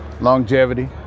longevity